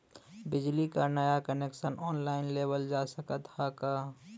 बिजली क नया कनेक्शन ऑनलाइन लेवल जा सकत ह का?